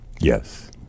Yes